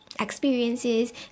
experiences